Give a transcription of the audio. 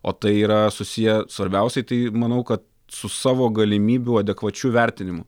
o tai yra susiję svarbiausiai tai manau kad su savo galimybių adekvačiu vertinimu